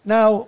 Now